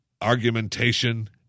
argumentation